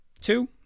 Two